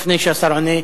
לפני שהשר עונה,